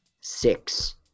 Six